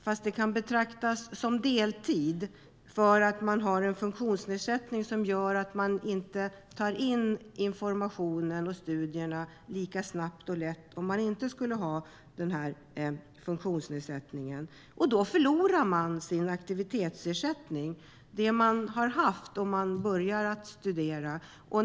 Men det kan betraktas som deltid därför att man har en funktionsnedsättning som gör att man inte tar in information lika snabbt och lätt som om man inte skulle ha den funktionsnedsättning. Då förlorar man sin aktivitetsersättning, det man har haft om man börjar studera.